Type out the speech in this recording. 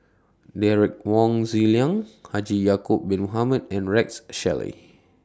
Derek Wong Zi Liang Haji Ya'Acob Bin Mohamed and Rex Shelley